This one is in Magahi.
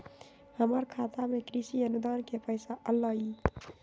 हमर खाता में कृषि अनुदान के पैसा अलई?